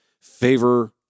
favor